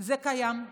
זה קיים.